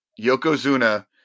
Yokozuna